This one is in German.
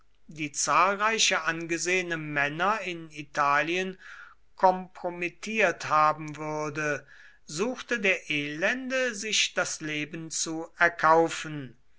die zahlreiche angesehene männer in italien kompromittiert haben würde suchte der elende sich das leben zu erkaufen